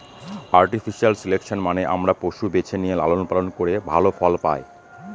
artificial selection মানে আমরা পশু বেছে নিয়ে লালন পালন করে ভালো ফল পায়